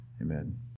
Amen